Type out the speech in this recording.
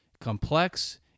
complex